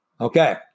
Okay